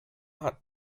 hat